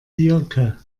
diercke